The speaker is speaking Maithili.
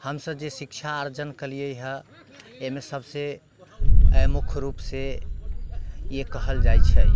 हमसब जे शिक्षा अर्जन केलियै अइमे सबसँ मुख्य रूपसँ ई कहल जाइ छै